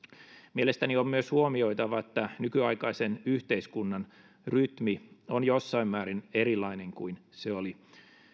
mielestäni on myös huomioitava että nykyaikaisen yhteiskunnan rytmi on jossain määrin erilainen kuin se oli